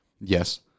Yes